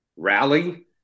Rally